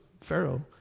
Pharaoh